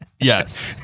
Yes